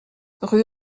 rue